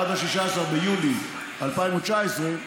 עד 16 ביולי 2019,